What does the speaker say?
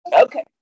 Okay